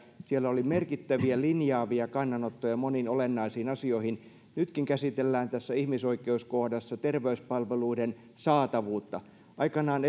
siellä oli merkittäviä linjaavia kannanottoja moniin olennaisiin asioihin nytkin tässä ihmisoikeuskohdassa käsitellään terveyspalveluiden saatavuutta aikanaan